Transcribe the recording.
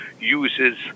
uses